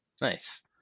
nice